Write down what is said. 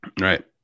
Right